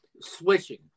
switching